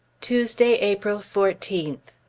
tuesday, april fourteenth.